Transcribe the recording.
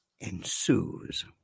ensues